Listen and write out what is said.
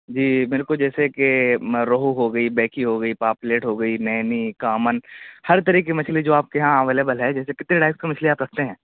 جی میرے کو جیسے کہ میں روہو ہو گئی بیکھی ہو گئی پاپلیٹ ہو گئی نینی کامن ہر طرح کی مچھلی جو آپ کے یہاں اویلیبل ہے جیسے کتنی ٹائپ کی مچھلی آپ رکھتے ہیں